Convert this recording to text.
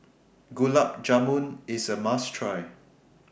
Gulab Jamun IS A must Try